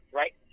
right